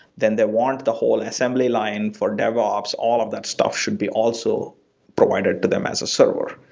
then they want the whole assembly line for devops, all of that stuff should be also provided to them as a server.